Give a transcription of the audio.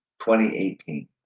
2018